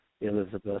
elizabeth